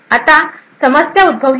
आता समस्या उद्भवली आहे